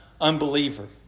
unbeliever